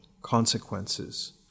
Consequences